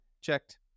checked